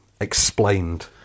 explained